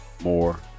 more